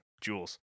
jules